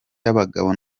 y’abagabo